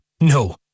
No